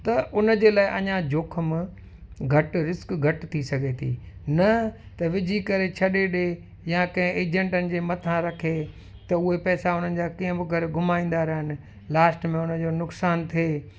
त उन जे लाइ अञा जोख़िम घटि रिस्क घटि थी सघे थी न त विझी करे छॾे ॾे या कंहिं एजेंटनि जे मथां रखे त उहे पैसा उन्हनि जा कीअं बि करे घुमाईंदा रहनि लास्ट में उन जो नुक़सान थिए